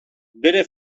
bere